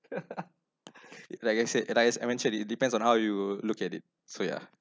like I said as I has I mentioned it depends on how you look at it so yeah